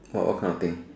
!wah! what kind of thing